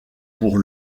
pour